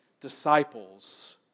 Disciples